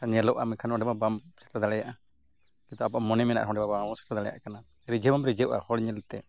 ᱧᱮᱞᱚᱜᱼᱟ ᱢᱮᱱᱠᱷᱟᱱ ᱚᱸᱰᱮ ᱢᱟ ᱵᱟᱢ ᱪᱤᱠᱟᱹ ᱫᱟᱲᱮᱭᱟᱜᱼᱟ ᱠᱤᱱᱛᱩ ᱟᱵᱚᱣᱟᱜ ᱢᱚᱱᱮ ᱢᱮᱱᱟᱜᱼᱟ ᱚᱸᱰᱮ ᱵᱟᱝᱵᱚᱱ ᱥᱮᱴᱮᱨ ᱫᱟᱲᱮᱭᱟᱜ ᱠᱟᱱᱟ ᱨᱤᱡᱷᱟᱹᱣ ᱦᱚᱢ ᱨᱤᱡᱷᱟᱹᱜᱼᱟ ᱦᱚᱲ ᱧᱮᱞ ᱛᱮ